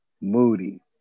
Moody